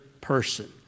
person